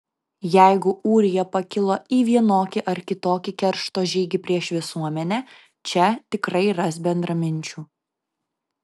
jeigu ūrija pakilo į vienokį ar kitokį keršto žygį prieš visuomenę čia tikrai ras bendraminčių